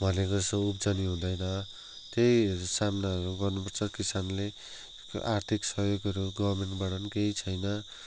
भनेको जस्तो उब्जनी हुँदैन त्यही सामनाहरू गर्नुपर्छ किसानले आर्थिक सहयोगहरू गभर्मेन्टबाट पनि केही छैन